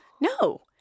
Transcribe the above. No